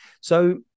So-